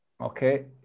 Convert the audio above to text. okay